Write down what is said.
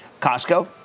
Costco